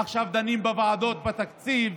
עכשיו דנים בוועדות בתקציב.